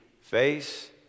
face